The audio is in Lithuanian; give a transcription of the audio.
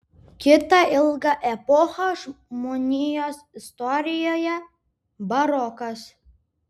kita ilga epocha žmonijos istorijoje barokas